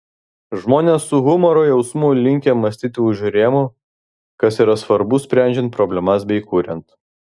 žmonės su humoro jausmu linkę mąstyti už rėmų kas yra svarbu sprendžiant problemas bei kuriant